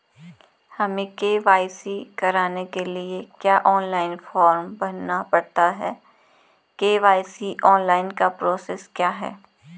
हमें के.वाई.सी कराने के लिए क्या ऑनलाइन फॉर्म भरना पड़ता है के.वाई.सी ऑनलाइन का प्रोसेस क्या है?